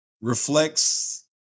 reflects